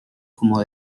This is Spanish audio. como